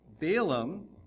Balaam